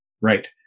Right